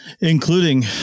including